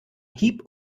hieb